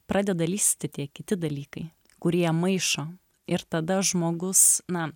pradeda lįsti tie kiti dalykai kurie maišo ir tada žmogus na